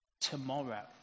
tomorrow